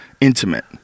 intimate